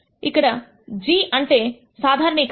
ఇక్కడ g అంటే సాధారణీకరణ